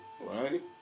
right